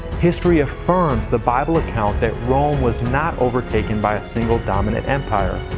history affirms the bible's account that rome was not overtaken by a single dominant empire,